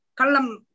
Kalam